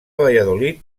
valladolid